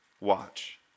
Watch